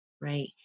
right